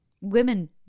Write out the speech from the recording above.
Women